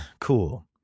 Cool